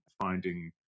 finding